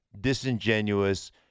disingenuous